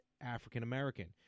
African-American